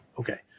Okay